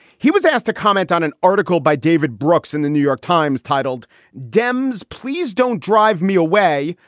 he was asked to comment on an article by david brooks in the new york times titled dems please don't drive me away.